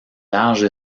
large